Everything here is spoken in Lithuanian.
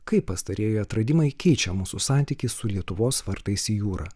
kaip pastarieji atradimai keičia mūsų santykį su lietuvos vartais į jūrą